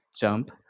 jump